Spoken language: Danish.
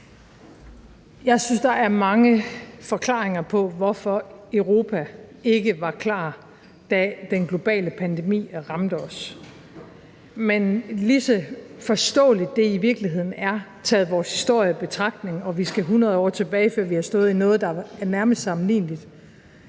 Jeg synes, der er mange forklaringer på, hvorfor Europa ikke var klar, da den globale pandemi ramte os, men lige så forståeligt det i virkeligheden er, taget vores historie i betragtning – og vi skal 100 år tilbage, før vi har stået i noget, der var nærmest sammenligneligt